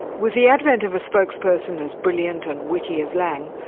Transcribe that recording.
with the advent of a spokesperson as brilliant and witty as laing,